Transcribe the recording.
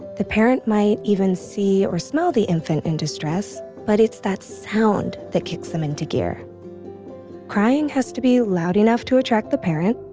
the parent might even see or smell the infant in distress, but it's that sound that kicks them into gear crying has to be loud enough to attract the parent,